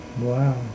Wow